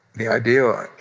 the idea